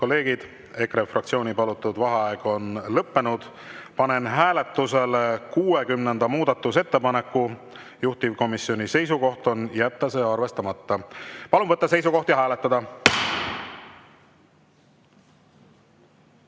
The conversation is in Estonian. kolleegid! EKRE fraktsiooni palutud vaheaeg on lõppenud. Panen hääletusele 60. muudatusettepaneku. Juhtivkomisjoni seisukoht on jätta see arvestamata. Palun võtta seisukoht ja hääletada!